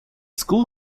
school